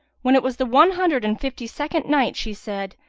when it was the one hundred and fifty-second night she said,